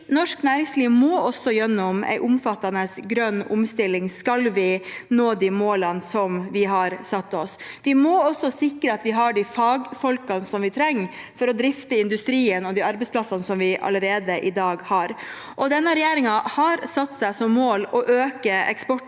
Norsk næringsliv må gjennom en omfattende grønn omstilling hvis vi skal nå de målene vi har satt oss. Vi må også sikre at vi har de fagfolkene vi trenger for å drifte industrien og de arbeidsplassene vi allerede har i dag. Denne regjeringen har satt seg som mål å øke eksporten